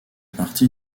partie